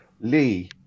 Lee